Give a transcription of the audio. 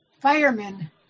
Firemen